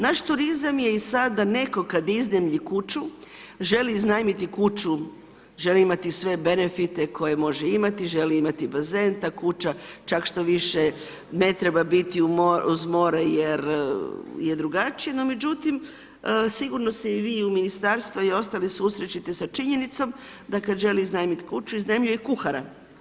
Naš turizam je i sada, netko kada iznajmi kuću, želi iznajmiti kuću, želi imati sve benefite koje može imati, želi imati bazen, ta kuća čak štoviše ne treba biti uz more je drugačije no međutim sigurno se vi u ministarstvu i ostali susreće sa činjenicom da kad želi iznajmiti kuću, iznajmljuje kuhara.